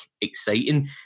exciting